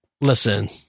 listen